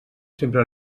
sempre